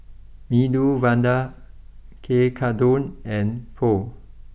Medu Vada Tekkadon and Pho